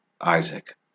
Isaac